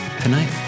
tonight